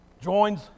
joins